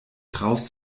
traust